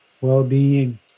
well-being